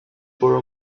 for